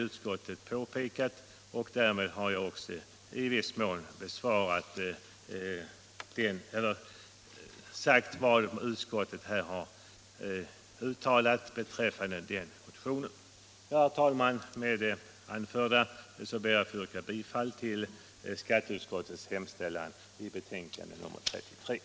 Utskottet har också uttalat detta. Herr talman! Med det anförda ber jag att få yrka bifall till skatteut — Nr 92